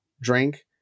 drink